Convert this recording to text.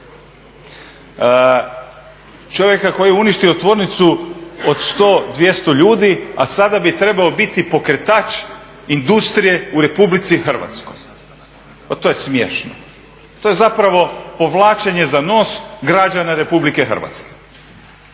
čovjeka koji je uništio tvornicu 100, 200 ljudi a sada bi trebao biti pokretač industrije u Republici Hrvatskoj, pa to je smiješno, to je zapravo povlačenje za nos građana Republike Hrvatske.